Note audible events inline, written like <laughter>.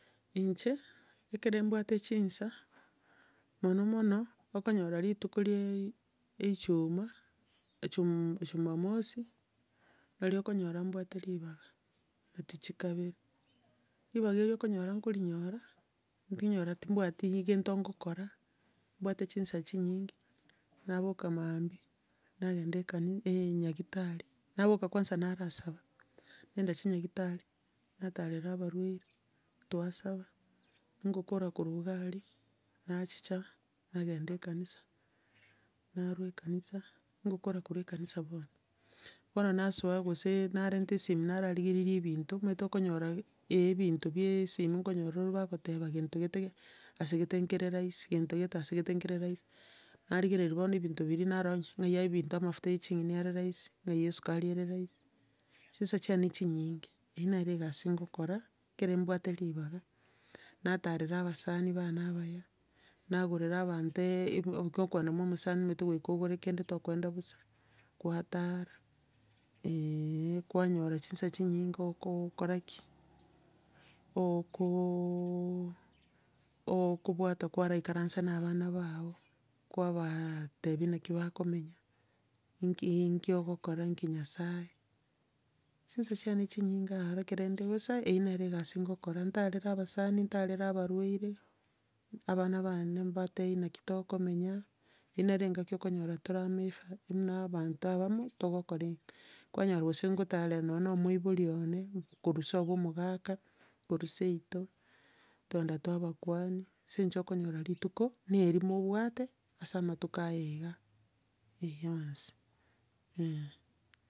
Inche, ekero mbwate chinsa, mono mono, okonyora rituko ria ijumaa, jum- jumamosi, nario okonyora mbwate ribaga, natichi kabere, ribaga eria okonyora nkorinyora, ndinyora timbwati kento nkokora, mbwate chinsa chinyinge, naboka maambia, nagenda ekani- nyagetari, naboka kwansa narasaba, nagenda chinyagetari, natarera abarwaire, twasaba, ngokora korwa iga aria, nachicha nagenda ekanisa, narwa ekanisa, nkogokora korwa ekanisa bono, bono nasoa gose, narenta esimi nararigereria ebinto, omanyete okonyora ebinto bia esimi nkonyora ore bagoteba gento gete asegete nkere rahisi, gento gete asegete nkere rahisi, gento gete asegete nkere rahisi, narigeria bono ebinto biria, narora ng'a ng'ai ebinto amafuta ya ching'eni are rahisi, ng'ai esukari ere rahisi, chinsa chiane chinyinge, ere nere egasi nkokora ekero nimbwate ribaga. Natarera abasani bane abaya, nagorera abanto e- kogokenda mwa omosani omanyete goika ogore kende tokogenda bosa, kwatara, <hesitation> kwanyora chinsa chinyinge ogokora ki? Oko <hesitation> ookobwata kwarainkarasa na abana bao, kwabaa tebia naki bakomenya, nki nki ogokora nki nyasae, chinsa chiane chinyinge aro ekere nde bosa, eyio nere egasi ngokora, ntarera abasani, ntarera abarwaire, abana bane mbatebie naki tokomenya, eri naro engaki okonyora tore amo efa, buna abanto abamo, togokora ek, kwanyora gose ngotarera nonya omoibori one, korwa sobo omogaka, korwa seito, twagenda twabakwania, ase eng'encho okonyora rituko na erimo obwate, ase amatuko aya iga, eh bonsi eh.